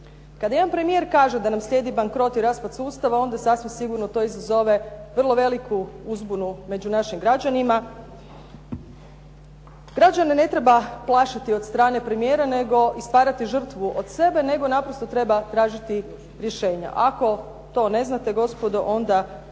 Kada jedan premijer kaže da nam slijedi bankrot i raspad sustava onda sasvim sigurno to izazove vrlo veliku uzbunu među našim građanima. Građane ne treba plašiti od strane premijera nego i stvarati žrtvu od sebe, nego naprosto treba tražiti rješenja, ako to ne znate gospodo onda